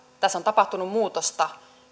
tässä on tapahtunut muutosta